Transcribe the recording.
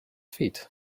feet